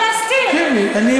להסתיר את זה,